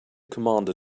commander